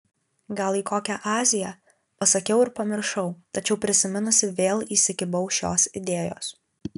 gal į kokią aziją pasakiau ir pamiršau tačiau prisiminusi vėl įsikibau šios idėjos